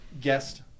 guest